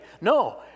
No